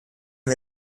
wir